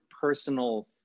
personal